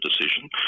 decision